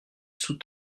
sous